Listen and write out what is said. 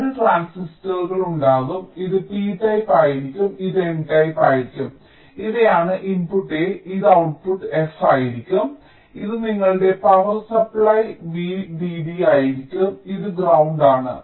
2 ട്രാൻസിസ്റ്ററുകൾ ഉണ്ടാകും ഇത് p ടൈപ്പ് ആയിരിക്കും ഇത് n ടൈപ്പ് ആയിരിക്കും ഇവയാണ് ഇൻപുട്ട് A ഇത് ഔട്ട്പുട്ട് f ആയിരിക്കും ഇത് നിങ്ങളുടെ പവർ സപ്ലൈ VDD ആയിരിക്കും ഇത് ഗ്രൌണ്ട് ആണ്